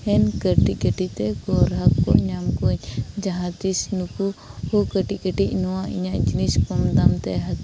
ᱦᱮᱱ ᱠᱟᱹᱴᱤᱡ ᱠᱟᱹᱴᱤᱡ ᱛᱮ ᱜᱚᱨᱦᱟ ᱠᱚ ᱧᱟᱢ ᱠᱚᱣᱟᱹᱧ ᱡᱟᱦᱟᱸ ᱛᱤᱥ ᱱᱩᱠᱩ ᱠᱟᱹᱴᱤᱡ ᱠᱟᱹᱴᱤᱡ ᱱᱚᱣᱟ ᱤᱧᱟᱹᱜ ᱡᱤᱱᱤᱥ ᱠᱚᱢ ᱫᱟᱢᱛᱮ